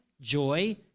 joy